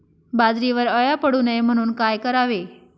बाजरीवर अळ्या पडू नये म्हणून काय करावे?